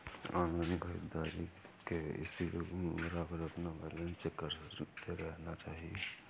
online खरीदारी के इस युग में बारबार अपना बैलेंस चेक करते रहना चाहिए